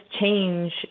change